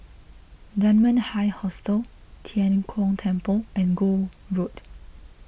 Dunman High Hostel Tian Kong Temple and Gul Road